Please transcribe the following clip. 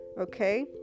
okay